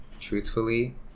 truthfully